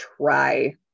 try